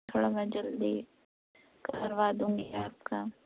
تھوڑا میں جلدی کروا دوں گی آپ کا